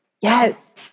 Yes